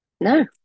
No